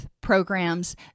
programs